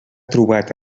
trobat